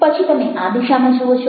પછી તમે આ દિશામાં જુઓ છો